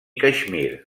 caixmir